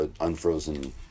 unfrozen